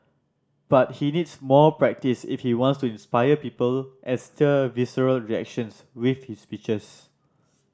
but he needs more practise if he wants to inspire people and stir visceral reactions with his speeches